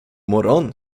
morgon